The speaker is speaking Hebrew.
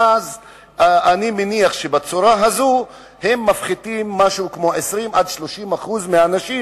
ואז אני מניח שבצורה הזאת הם מפחיתים משהו כמו 20% 30% ממספר האנשים.